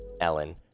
Ellen